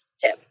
tip